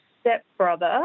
stepbrother